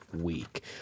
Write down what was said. week